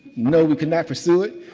no, we cannot pursue it.